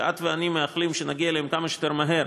שאת ואני מייחלים שנגיע אליהם כמה שיותר מהר,